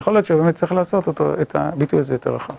יכול להיות שבאמת צריך לעשות אותו, את הביטוי הזה, יותר רחב.